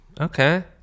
Okay